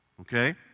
Okay